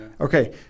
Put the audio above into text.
Okay